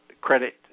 credit